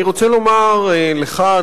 אני רוצה לומר לך,